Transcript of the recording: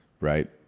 right